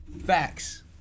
Facts